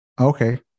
okay